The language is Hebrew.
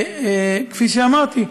וכפי שאמרתי,